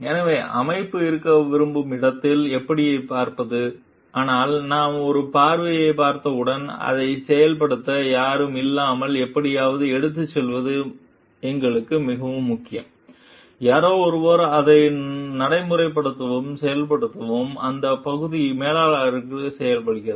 எனவே அமைப்பு இருக்க விரும்பும் இடத்தில் எப்படிப் பார்ப்பது ஆனால் நாம் ஒரு பார்வையைப் பார்த்தவுடன் அதைச் செயல்படுத்த யாரும் இல்லாமல் எப்படியாவது எடுத்துச் செல்வது எங்களுக்கு மிகவும் முக்கியம் யாரோ ஒருவர் அதை நடைமுறைப்படுத்தவும் செயல்படுத்தவும் அந்த பகுதி மேலாளர்களால் செய்யப்படுகிறது